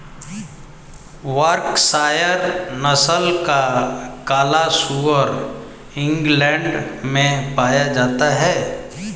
Berkshire नस्ल का काला सुअर इंग्लैण्ड में पाया जाता है